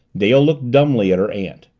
dale looked dumbly at her aunt.